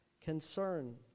concern